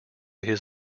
his